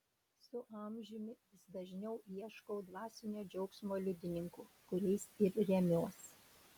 su amžiumi vis dažniau ieškau dvasinio džiaugsmo liudininkų kuriais ir remiuosi